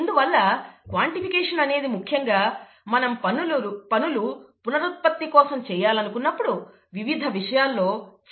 ఇందువల్ల క్వాన్టిఫికేషన్ అనేది ముఖ్యంగా మనం పనులు పునరుత్పత్తి కోసం చేయాలనుకున్నప్పుడు వివిధ విషయాల్లో చాలా అవసరం